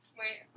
wait